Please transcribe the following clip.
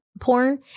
porn